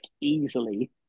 easily